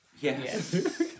Yes